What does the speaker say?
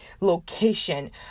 location